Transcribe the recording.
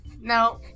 No